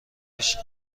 پیش